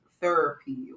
therapy